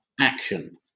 action